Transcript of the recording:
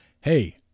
Hey